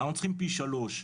אנחנו צריכים פי שלוש,